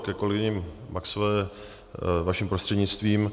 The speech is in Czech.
Ke kolegyni Maxové vaším prostřednictvím.